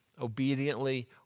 obediently